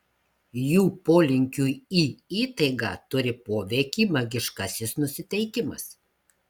jų polinkiui į įtaigą turi poveikį magiškasis nusiteikimas